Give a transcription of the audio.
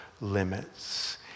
limits